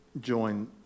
join